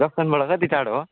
जक्सनबाट कति टाढो हो